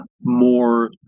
more